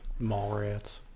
Mallrats